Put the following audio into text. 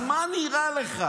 אז מה נראה לך,